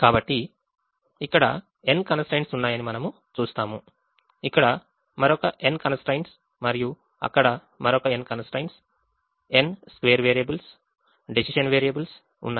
కాబట్టి ఇక్కడ n constraints ఉన్నాయని మనం చూస్తాము ఇక్కడ మరొక n కన్స్ ట్రైన్ట్స్ మరియు అక్కడ మరొక n constraints n square variables decision variables ఉన్నాయి